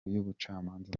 y’ubucamanza